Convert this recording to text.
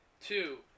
Two